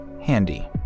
Handy